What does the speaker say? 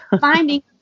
finding